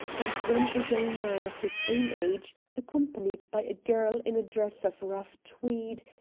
and when a young man of his own age, accompanied by a girl in a dress of rough tweed,